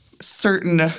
certain